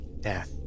death